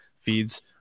feeds